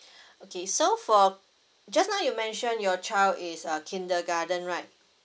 okay so for just now you mention your child is uh kindergarten right